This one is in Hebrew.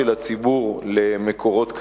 הציבור למקורות קרינה.